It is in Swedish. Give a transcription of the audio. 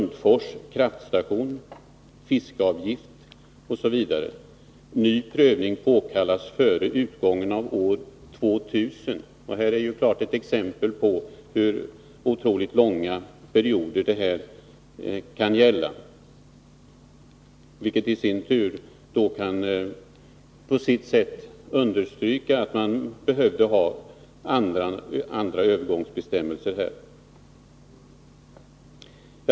Detta är klara exempel på hur otroligt långa perioder det kan gälla, vilket i sin tur på sitt sätt understryker att man behöver ha andra övergångsbestämmelser.